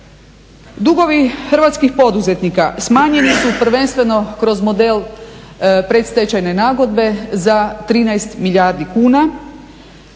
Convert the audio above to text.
Dugovi hrvatskih poduzetnika smanjeni su prvenstveno kroz model predstečajne nagodbe za 13 milijardi kuna,